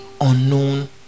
unknown